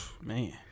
man